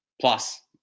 plus